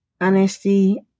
honesty